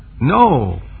No